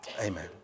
Amen